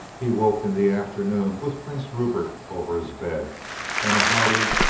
he woke in the afternoon with prince rupert over his bed and a hearty,